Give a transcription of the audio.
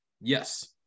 Yes